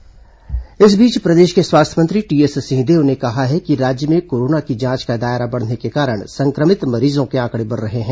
स्वास्थ्य मंत्री बयान इस बीच प्रदेश के स्वास्थ्य मंत्री टीएस सिंहदेव ने कहा है कि राज्य में कोरोना की जांच का दायरा बढ़ने के कारण संक्रमित मरीजों के आंकड़ें बढ़ रहे हैं